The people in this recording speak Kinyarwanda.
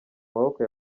maboko